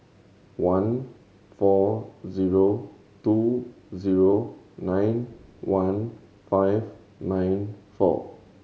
one four zero two zero nine one five nine four